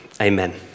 amen